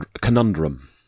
conundrum